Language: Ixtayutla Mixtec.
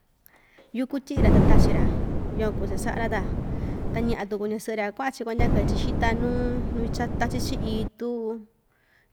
yúku tyi'i‑ra ta tachi‑ra yukuan kuu cha‑sa'a‑ra ta ña'a tuku ñasɨ'ɨ‑ra kua'an‑chi kuandyaka‑chi xita nuu nuu ichatachi‑chi itu